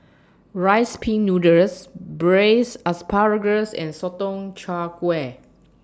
Rice Pin Noodles Braised Asparagus and Sotong Char Kway